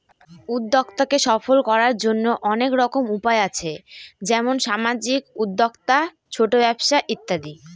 উদ্যক্তাকে সফল করার জন্য অনেক রকম উপায় আছে যেমন সামাজিক উদ্যোক্তা, ছোট ব্যবসা ইত্যাদি